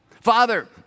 Father